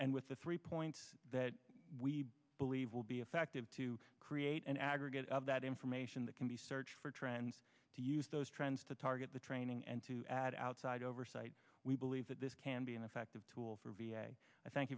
and with the three points that we believe will be effective to create an aggregate of that information that can be searched for trends to use those trends to target the training and to add outside oversight we believe that this can be an effective tool for v a thank